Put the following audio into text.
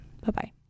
bye-bye